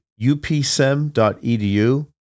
upsem.edu